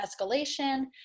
escalation